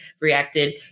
reacted